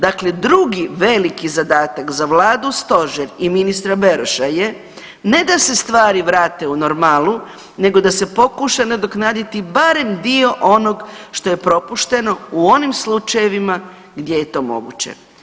Dakle, drugi veliki zadatak za vladu, stožer i ministra Beroša je ne da se stvari vrate u normalu nego da se pokuša nadoknaditi barem dio onog što je propušteno u onim slučajevima gdje je to moguće.